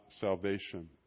salvation